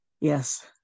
Yes